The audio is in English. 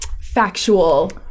factual